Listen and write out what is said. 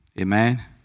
Amen